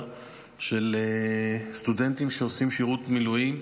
של סטודנטים שעושים שירות מילואים,